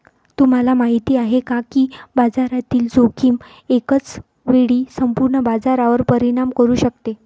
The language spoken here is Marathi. तुम्हाला माहिती आहे का की बाजारातील जोखीम एकाच वेळी संपूर्ण बाजारावर परिणाम करू शकते?